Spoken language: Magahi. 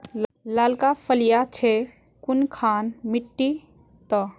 लालका फलिया छै कुनखान मिट्टी त?